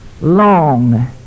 long